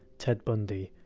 ted bundy,